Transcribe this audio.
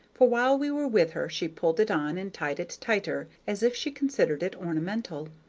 for while we were with her she pulled it on and tied it tighter, as if she considered it ornamental.